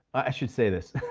i should say this,